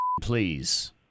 please